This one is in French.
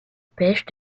pêche